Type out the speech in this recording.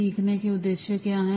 सीखने के उद्देश्य क्या हैं